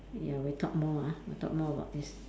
ya we talk more ah we talk more about this